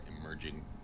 emerging